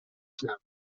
شنوه